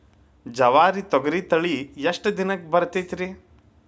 ಜವಾರಿ ತೊಗರಿ ತಳಿ ಎಷ್ಟ ದಿನಕ್ಕ ಬರತೈತ್ರಿ?